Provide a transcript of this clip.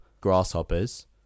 grasshoppers